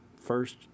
first